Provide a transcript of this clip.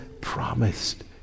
promised